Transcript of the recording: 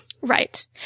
Right